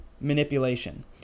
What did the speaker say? manipulation